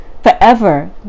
Forever